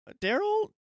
Daryl